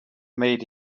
made